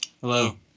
Hello